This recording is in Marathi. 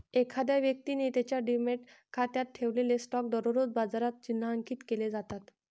एखाद्या व्यक्तीने त्याच्या डिमॅट खात्यात ठेवलेले स्टॉक दररोज बाजारात चिन्हांकित केले जातात